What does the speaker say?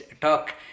talk